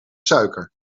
suiker